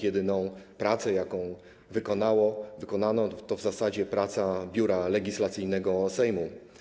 Jedyna praca, jaką wykonano, to w zasadzie praca Biura Legislacyjnego Sejmu.